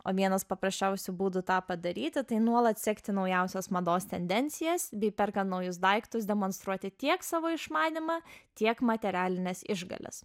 o vienas paprasčiausių būdų tą padaryti tai nuolat sekti naujausias mados tendencijas bei perkan naujus daiktus demonstruoti tiek savo išmanymą tiek materialines išgales